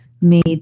Made